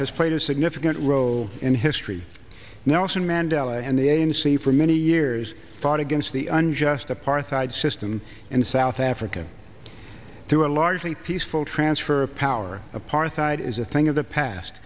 has played a significant role in history nelson mandela and the a n c for many years fought against the unjust apartheid system in south africa through a largely peaceful transfer of power apartheid is a thing of the past